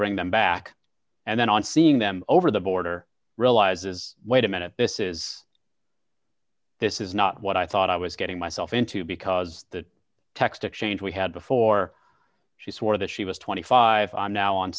bring them back and then on seeing them over the border realizes wait a minute this is this is not what i thought i was getting myself into because the text exchange we had before she swore that she was twenty five i'm now on